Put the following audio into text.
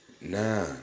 Nah